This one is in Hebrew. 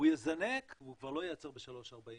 הוא יזנק והוא כבר לא ייעצר ב-3.40,